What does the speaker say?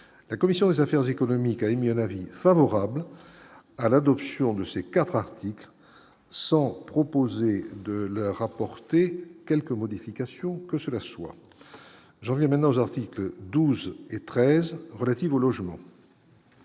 la commission des affaires économiques, a émis un avis favorable à l'adoption de ces 4 articles sans proposer de leur apporter quelque modification que cela soit janvier dans un article 12 et 13 relatives au logement.